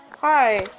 Hi